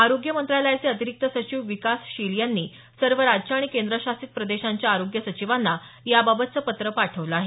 आरोग्य मंत्रालयाचे अतिरिक्त सचिव विकास शील यांनी सर्व राज्यं आणि केंद्रशासित प्रदेशांच्या आरोग्य सचिवांना याबाबतचं पत्र पाठवलं आहे